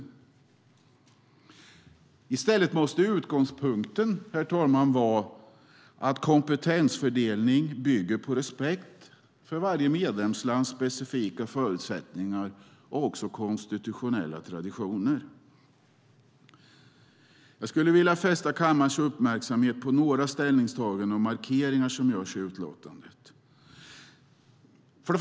Utgångspunkten måste i stället, herr talman, vara att kompetensfördelning bygger på respekt för varje medlemslands specifika förutsättningar och konstitutionella traditioner. Jag skulle vilja fästa kammarens uppmärksamhet på några ställningstaganden och markeringar som görs i utlåtandet.